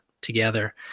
together